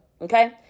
Okay